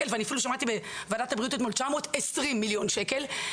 ואני אפילו שמעתי בוועדת הבריאות אתמול 920 מיליון שקל,